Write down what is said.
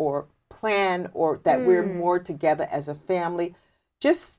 or plan or that we're more together as a family just